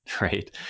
right